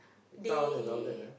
town and all that ah